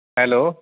hello